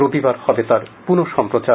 রবিবার হবে তার পুনঃ প্রচার